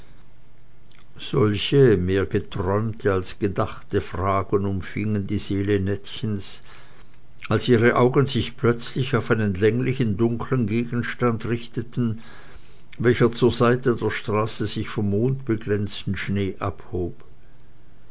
solche mehr geträumte als gedachte fragen umfingen die seele nettchens als ihre augen sich plötzlich auf einen länglichen dunklen gegenstand richteten welcher zur seite der straße sich vom mondbeglänzten schnee abhob